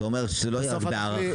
אתה אומר שלא יהיה רק בהערכה.